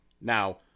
now